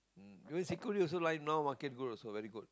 mm security also right now market good also very good